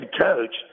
coach